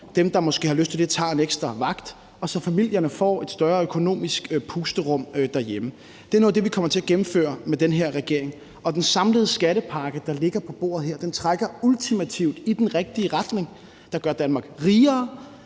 dem, der måske har lyst til det, tager en ekstra vagt, og så familierne får et større økonomisk pusterum derhjemme. Det er noget af det, vi kommer til at gennemføre med den her regering. Den samlede skattepakke, der ligger på bordet her, trækker ultimativt i den rigtige retning, hvilket gør Danmark rigere